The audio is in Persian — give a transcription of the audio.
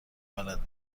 بلد